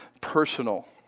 personal